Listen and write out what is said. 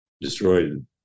destroyed